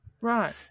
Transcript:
Right